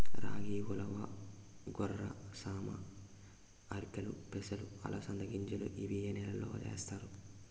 రాగి, ఉలవ, కొర్ర, సామ, ఆర్కెలు, పెసలు, అలసంద గింజలు ఇవి ఏ నెలలో వేస్తారు?